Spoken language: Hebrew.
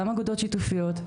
גם אגודות שיתופיות,